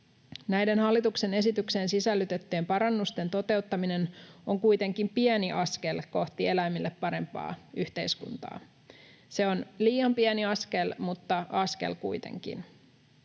Näiden hallituksen esitykseen sisällytettyjen parannusten toteuttaminen on kuitenkin pieni askel kohti eläimille parempaa yhteiskuntaa. Se on liian pieni askel, mutta askel kuitenkin.